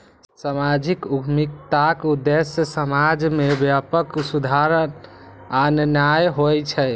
सामाजिक उद्यमिताक उद्देश्य समाज मे व्यापक सुधार आननाय होइ छै